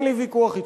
אין לי ויכוח אתך,